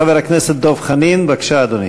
חבר הכנסת דב חנין, בבקשה, אדוני.